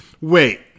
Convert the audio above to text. Wait